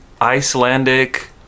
Icelandic